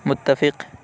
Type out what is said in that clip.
متفق